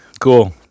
cool